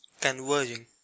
converging